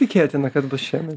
tikėtina kad bus šiemet